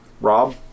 rob